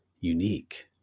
Unique